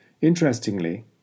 Interestingly